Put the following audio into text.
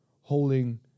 holding